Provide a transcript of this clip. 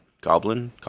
goblin